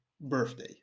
birthday